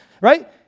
right